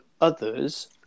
others